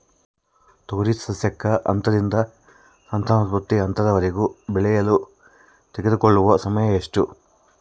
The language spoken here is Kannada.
ತೊಗರಿ ಸಸ್ಯಕ ಹಂತದಿಂದ ಸಂತಾನೋತ್ಪತ್ತಿ ಹಂತದವರೆಗೆ ಬೆಳೆಯಲು ತೆಗೆದುಕೊಳ್ಳುವ ಸಮಯ ಎಷ್ಟು?